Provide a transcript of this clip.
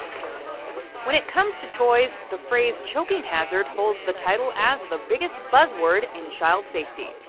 when it comes to toys, the phrase choking hazard holds the title as the biggest buzz word and child safety.